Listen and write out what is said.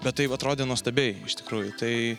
bet tai vat rodė nuostabiai iš tikrųjų tai